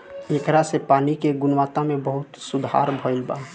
ऐकरा से पानी के गुणवत्ता में बहुते सुधार भईल बा